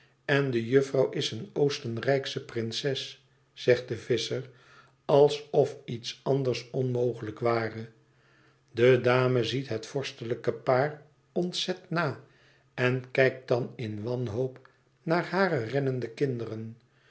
en de juffrouw is een oostenrijksche prinses zegt de visscher alsof iets anders onmogelijk ware de dame ziet het vorstelijke paar ontzet na en kijkt dan in wanhoop naar hare rennende kinderen